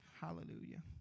Hallelujah